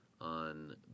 on